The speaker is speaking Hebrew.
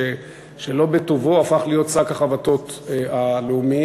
שלא לטובתו הפך להיות שק החבטות הלאומי.